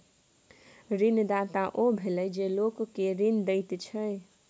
ऋणदाता ओ भेलय जे लोक केँ ऋण दैत छै